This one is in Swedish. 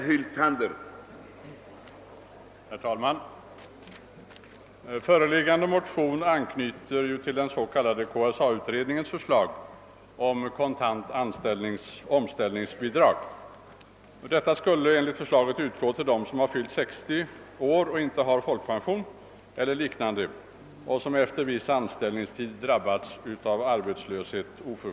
Herr talman! Föreliggande motioner anknyter till den s.k. KSA-utredningens förslag om kontant omställningsbidrag. Sådant bidrag skulle enligt för slaget utgå till personer, som fyllt 60 år och inte har folkpension eller liknande och som efter viss anställningstid oförskyllt drabbas av arbetslöshet.